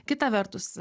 kita vertus